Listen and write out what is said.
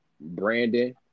Brandon